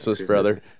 brother